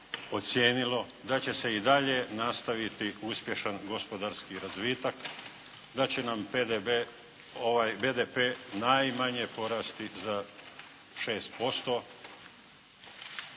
ocijenilo da će se i dalje nastaviti uspješan gospodarski razvitak, da će nam PDV, ovaj BDP najmanje porasti za 6%